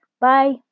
Bye